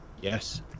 Yes